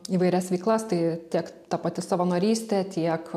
įvairias veiklas tai tiek ta pati savanorystė tiek